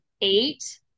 eight